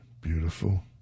Beautiful